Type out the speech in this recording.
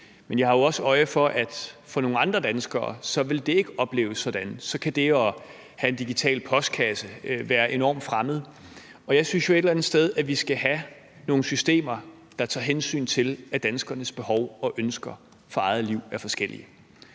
men jeg har også øje for, at for nogle andre danskere vil det ikke opleves sådan, at så kan det at have en digital postkasse være enormt fremmed. Jeg synes jo et eller andet sted, at vi skal have nogle systemer, der tager hensyn til, at danskernes behov og ønsker for eget liv er forskellige.